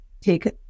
take